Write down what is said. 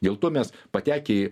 dėl to mes patekę į